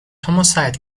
homicide